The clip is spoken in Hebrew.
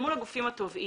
הגופים התובעים.